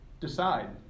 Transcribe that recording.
decide